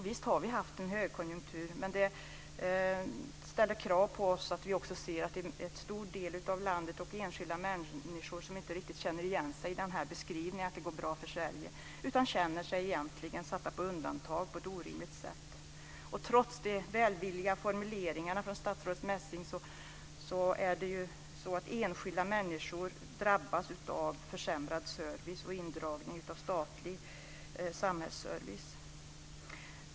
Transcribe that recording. Visst har vi haft en högkonjunktur, men det ställer också krav på oss att se att en stor del av landet och enskilda människor inte riktigt känner igen sig i beskrivningen att det går bra för Sverige utan känner sig satta på undantag på ett orimligt sätt. Trots de välvilliga formuleringarna från statsrådet Messing drabbas enskilda människor av försämrad service och indragning av statlig samhällsservice.